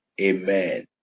Amen